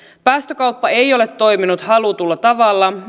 päästökauppa ei ole toiminut halutulla tavalla